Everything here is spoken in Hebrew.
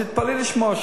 אז תתפלאי לשמוע,